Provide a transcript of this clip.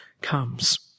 comes